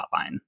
hotline